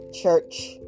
church